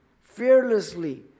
fearlessly